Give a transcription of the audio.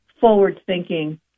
forward-thinking